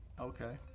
Okay